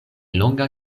longa